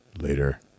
later